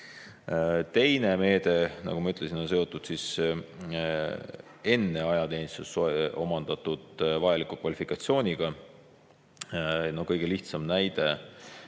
Teine meede, nagu ma ütlesin, on seotud enne ajateenistust omandatud vajaliku kvalifikatsiooniga. No kõige lihtsam näide